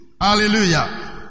hallelujah